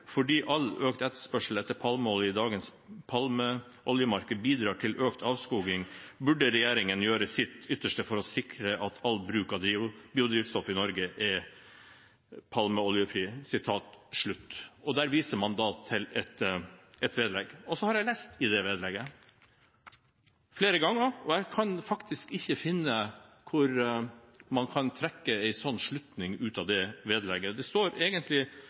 fordi all økt etterspørsel etter palmeolje i dagens palmeoljemarked bidrar til økt avskoging, burde regjeringen gjøre sitt ytterste for å sikre at all bruk av biodrivstoff i Norge er palmeoljefri.» Man viser til et vedlegg. Jeg har lest i det vedlegget flere ganger, og jeg kan faktisk ikke finne hvor man kan trekke en sånn slutning ut av det. Det står egentlig tvert om, for på side seks i vedlegget står det: